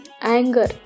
Anger